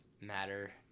matter